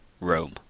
Rome